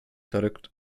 verrückt